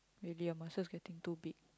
really your muscles getting too big